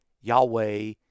Yahweh